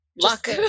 luck